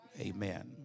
Amen